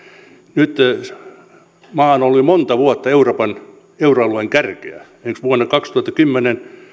nyt maa on ollut jo monta vuotta euroalueen kärkeä esimerkiksi vuonna kaksituhattakymmenen